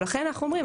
לכן אנחנו אומרים,